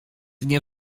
nie